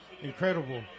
incredible